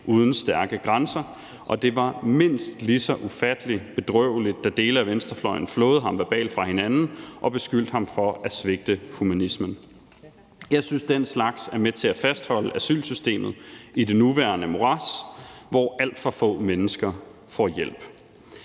uden stærke grænser, og det var mindst lige så ufattelig bedrøveligt, da dele af venstrefløjen flåede ham verbalt fra hinanden og beskyldte ham for at svigte humanismen. Jeg synes, den slags er med til at fastholde asylsystemet i det nuværende morads, hvor alt for få mennesker får hjælp.